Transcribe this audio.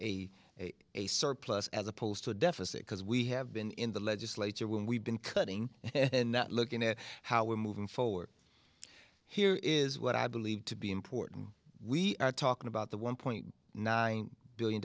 a a surplus as opposed to a deficit because we have been in the legislature when we've been cutting and not looking at how we're moving forward here is what i believe to be important we are talking about the one point nine billion